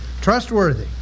Trustworthy